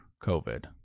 COVID